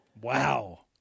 Wow